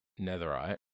netherite